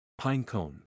Pinecone